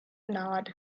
nod